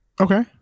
okay